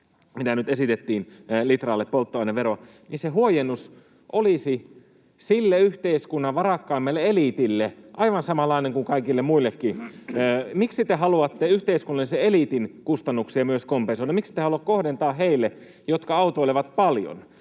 mitä nyt esitettiin polttoaineveroa litralle, niin se huojennus olisi sille yhteiskunnan varakkaimmalle eliitille aivan samanlainen kuin kaikille muillekin. Miksi te haluatte yhteiskunnallisen eliitin kustannuksia myös kompensoida? Miksette halua kohdentaa heille, jotka autoilevat paljon?